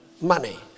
money